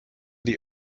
die